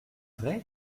vrai